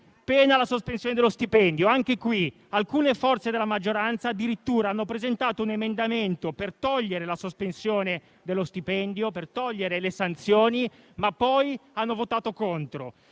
pena la sospensione dello stipendio. Anche in questo caso alcune forze della maggioranza addirittura hanno presentato un emendamento per togliere la sospensione dello stipendio e le sanzioni, ma poi hanno votato contro.